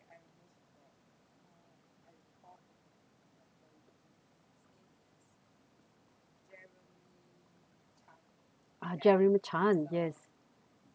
ah jeremy chan yes